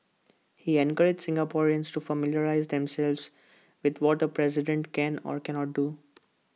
he encouraged Singaporeans to familiarise themselves with what A president can or cannot do